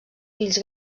fills